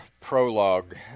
prologue